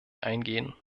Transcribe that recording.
eingehen